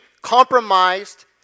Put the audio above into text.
compromised